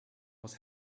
was